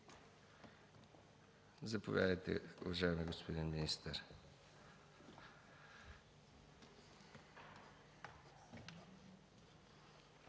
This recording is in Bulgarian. Заповядайте, уважаеми господин министър.